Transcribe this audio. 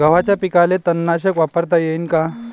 गव्हाच्या पिकाले तननाशक वापरता येईन का?